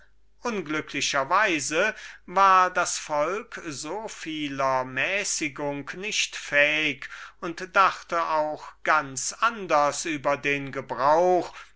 weise war das volk so vieler mäßigung nicht fähig und dachte auch ganz anders über den gebrauch